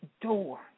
door